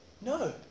No